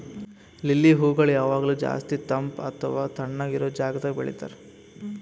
lily ಹೂಗೊಳ್ ಯಾವಾಗ್ಲೂ ಜಾಸ್ತಿ ತಂಪ್ ಮತ್ತ ತಣ್ಣಗ ಇರೋ ಜಾಗದಾಗ್ ಬೆಳಿತಾರ್